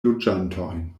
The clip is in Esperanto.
loĝantojn